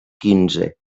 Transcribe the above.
quinze